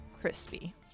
Crispy